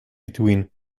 between